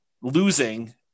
losing